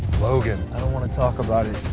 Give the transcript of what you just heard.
logan. i don't wanna talk about it.